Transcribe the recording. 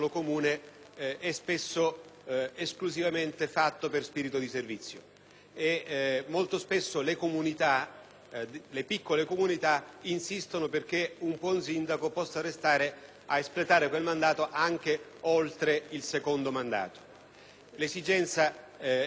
le piccole comunità insistono perché un buon sindaco possa restare ad espletare quel ruolo anche oltre il secondo mandato. L'esigenza è ampiamente condivisa e il ministro Maroni, nel corso di un'audizione in Commissione affari costituzionali,